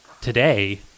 today